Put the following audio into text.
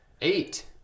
eight